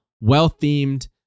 well-themed